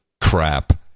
crap